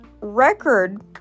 record